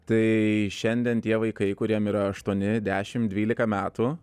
tai šiandien tie vaikai kuriem yra aštuoni dešimt dvylika metų